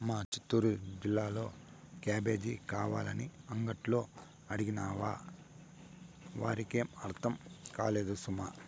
మా చిత్తూరు జిల్లాలో క్యాబేజీ కావాలని అంగట్లో అడిగినావా వారికేం అర్థం కాదు సుమా